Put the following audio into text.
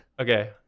Okay